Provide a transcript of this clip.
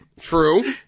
True